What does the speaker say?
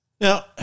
Now